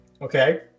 okay